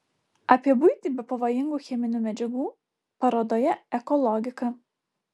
apie buitį be pavojingų cheminių medžiagų parodoje eko logika